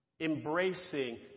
embracing